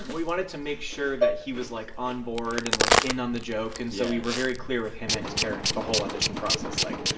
we wanted to make sure that he was, like, on board and, like, in on the joke yeah and so we were very clear with him and his parents the whole audition process, like,